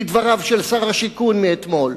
לדבריו של שר השיכון מאתמול.